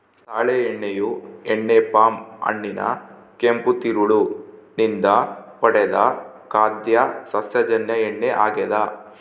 ತಾಳೆ ಎಣ್ಣೆಯು ಎಣ್ಣೆ ಪಾಮ್ ಹಣ್ಣಿನ ಕೆಂಪು ತಿರುಳು ನಿಂದ ಪಡೆದ ಖಾದ್ಯ ಸಸ್ಯಜನ್ಯ ಎಣ್ಣೆ ಆಗ್ಯದ